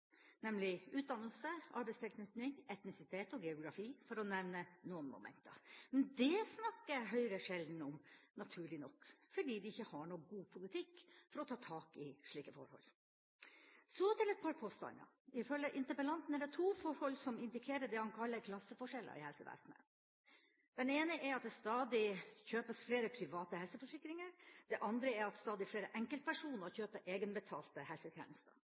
nemlig utdannelse, arbeidstilknytning, etnisitet og geografi, for å nevne noen momenter. Men dét snakker Høyre sjelden om, naturlig nok, fordi de ikke har noen god politikk for å ta tak i slike forhold. Så til et par påstander: Ifølge interpellanten er det to forhold som indikerer det han kaller klasseforskjeller i helsevesenet. Det ene er at stadig flere kjøper private helseforsikringer, og det andre er at stadig flere enkeltpersoner kjøper egenbetalte helsetjenester.